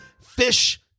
Fish